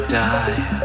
die